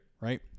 right